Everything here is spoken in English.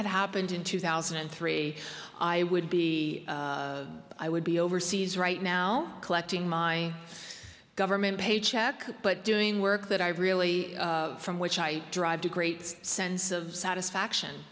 had happened in two thousand and three i would be i would be overseas right now collecting my government paycheck but doing work that i really from which i drive to a great sense of satisfaction